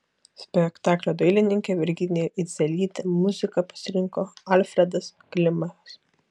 spektaklio dailininkė virginija idzelytė muziką parinko alfredas klimas